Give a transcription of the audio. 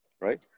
right